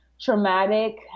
traumatic